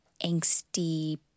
angsty